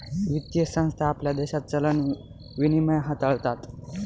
वित्तीय संस्था आपल्या देशात चलन विनिमय हाताळतात